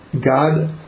God